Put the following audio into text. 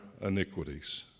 iniquities